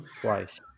twice